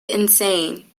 insane